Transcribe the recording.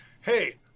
hey